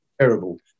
terrible